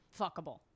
Fuckable